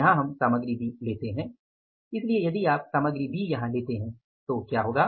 यहां हम सामग्री बी लेते हैं इसलिए यदि आप सामग्री बी यहां लेते हैं तो क्या होगा